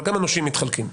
אבל גם הנושים מתחלקים.